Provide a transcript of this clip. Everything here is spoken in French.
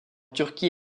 turquie